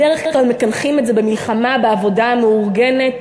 בדרך כלל מקנחים את זה במלחמה בעבודה המאורגנת,